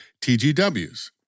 TGWs